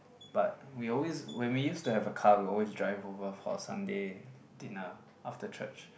but we always when we used to have a car we always drive over for Sunday dinner after church